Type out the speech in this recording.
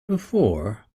before